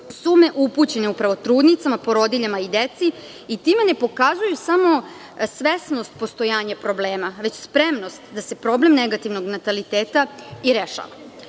sume upućene upravo trudnicama, porodiljama i deci i time ne pokazuju samo svesnost postojanja problema, već spremnost da se problem negativnog nataliteta i rešava.